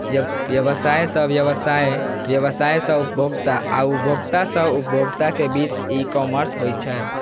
व्यवसाय सं व्यवसाय, व्यवसाय सं उपभोक्ता आ उपभोक्ता सं उपभोक्ता के बीच ई कॉमर्स होइ छै